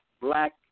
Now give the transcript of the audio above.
black